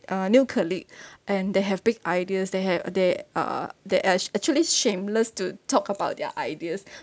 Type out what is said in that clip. uh new colleague and they have big ideas they have they uh they are actually shameless to talk about their ideas